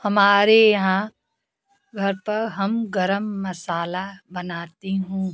हमारे यहाँ घर पर हम गरम मसाला बनाती हूँ